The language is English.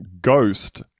ghost